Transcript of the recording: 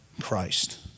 Christ